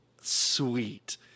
Sweet